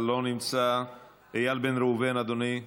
לא נמצא, איל בן ראובן, אדוני,